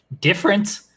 different